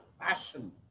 passion